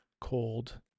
cold